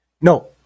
No